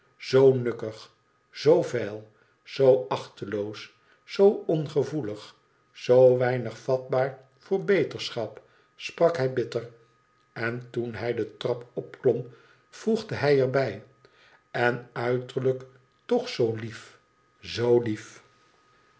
zoo nukkig zoo veil zoo achteloos zoo ongevoelig zoo weinig vatbaar voor beterschap sprak hii bitter en toen hij de trap opklom voegde hij er bij en uiterlijk toch zoo liefi zoo lief